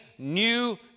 new